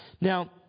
Now